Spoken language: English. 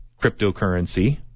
cryptocurrency